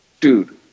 Dude